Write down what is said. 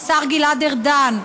השר גלעד ארדן,